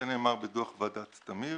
זה נאמר בדוח ועדת תמיר.